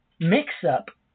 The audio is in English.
mix-up